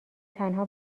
تنها